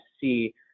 see